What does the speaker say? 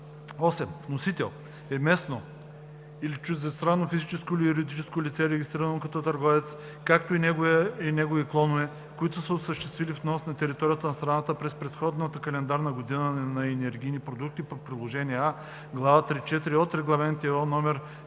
8. „Вносител“ е местно или чуждестранно физическо или юридическо лице, регистрирано като търговец, както и негови клонове, които са осъществявали внос на територията на страната през предходната календарна година на енергийни продукти по приложение А, глава 3.4 от Регламент (ЕО)